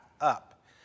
up